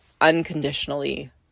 unconditionally